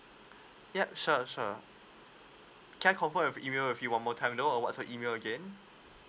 yup sure sure can I confirm your email with you one more time though and what's your email again